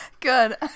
Good